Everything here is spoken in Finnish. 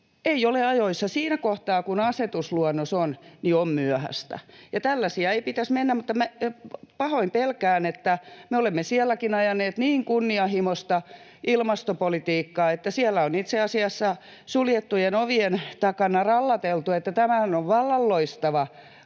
ei ole ajoissa. Siinä kohtaa, kun asetusluonnos on, on myöhäistä. Tällaisiin ei pitäisi mennä, mutta pahoin pelkään, että me olemme sielläkin ajaneet niin kunnianhimoista ilmastopolitiikkaa, että siellä on itse asiassa suljettujen ovien takana rallateltu, että tämähän on vallan loistava